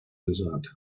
decide